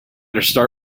better